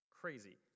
crazy